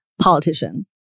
politician